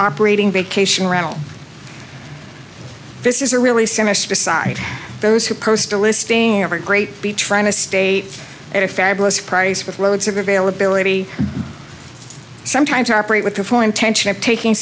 operating vacation rental this is a really serious besides those who post a listing every great be trying to stay at a fabulous price with loads of ale ability sometimes operate with the full intention of taking